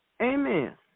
Amen